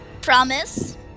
Promise